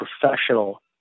professional